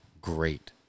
Great